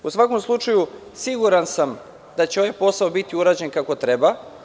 U svakom slučaju, siguran da će ovaj posao biti urađen kako treba.